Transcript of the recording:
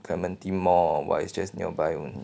clementi mall or what is just nearby only